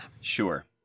Sure